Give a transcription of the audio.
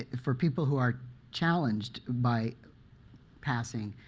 for people who are challenged by passing,